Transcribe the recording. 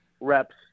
reps